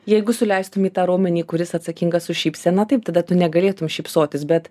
jeigu suleistum į tą raumenį kuris atsakingas už šypseną taip tada tu negalėtum šypsotis bet